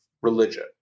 religion